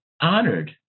honored